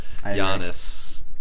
Giannis